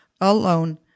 alone